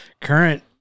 current